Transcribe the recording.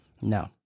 No